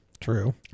True